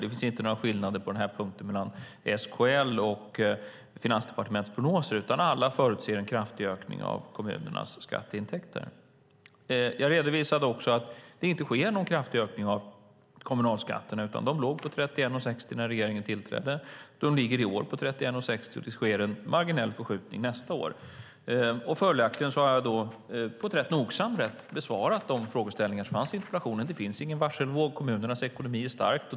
Det finns på denna punkt inga skillnader mellan SKL:s och Finansdepartementets prognoser, utan alla förutser en kraftig ökning av kommunernas skatteintäkter. Jag redovisade också att det inte sker någon kraftig ökning av kommunalskatten, utan den låg på 31,60 när regeringen tillträdde och ligger i år på 31,60. Det sker en marginell förskjutning nästa år. Följaktligen har jag på ett rätt nogsamt sätt besvarat de frågeställningar som fanns i interpellationen: Det finns ingen varselvåg, och kommunernas ekonomi är stark.